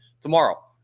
tomorrow